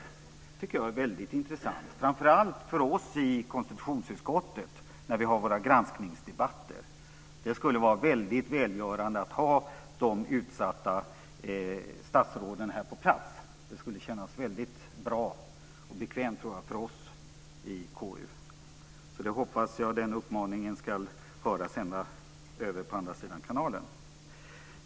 Det tycker jag är väldigt intressant, framför allt för oss i konstitutionsutskottet när vi har våra granskningsdebatter. Det skulle vara väldigt välgörande att ha de utsatta statsråden här på plats. Det skulle kännas väldigt bra och bekvämt för oss i KU. Jag hoppas att den uppmaningen ska höras ända över på andra sidan kanalen.